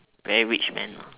very rich man